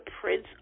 prince